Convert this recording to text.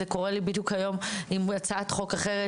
זה קורה לי בדיוק היום עם הצעת חוק אחרת